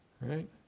right